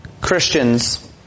Christians